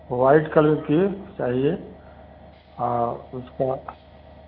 white colour की चाहिए हाँ उसका